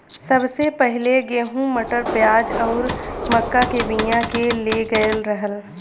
सबसे पहिले गेंहू, मटर, प्याज आउर मक्का के बिया के ले गयल रहल